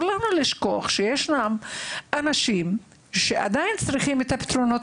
לנו לשכוח שישנם אנשים שעדיין צריכים את הפתרונות